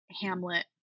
Hamlet